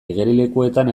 igerilekuetan